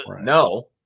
no